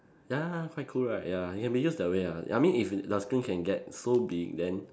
ya quite cool right ya it can be used that way lah I mean if your screen can get so big then